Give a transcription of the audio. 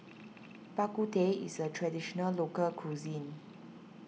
Bak Kut Teh is a Traditional Local Cuisine